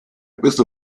questo